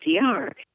DR